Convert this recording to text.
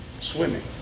swimming